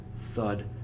thud